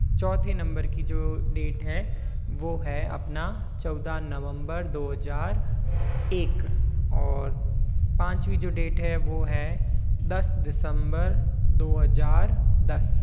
चौथे नंबर की जो डेट है वो है अपना चौदह नवंबर दो हज़ार एक और पाँचवी जो डेट है वो है दस दिसंबर दो हज़ार दस